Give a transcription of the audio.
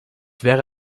wäre